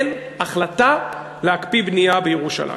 אין החלטה להקפיא בנייה בירושלים.